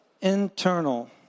internal